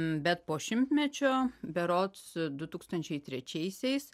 bet po šimtmečio berods du tūkstančiai trečiaisiais